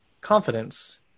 Confidence